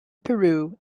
peru